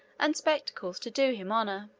and spectacles to do him honor.